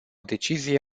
decizie